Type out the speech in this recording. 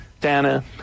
Dana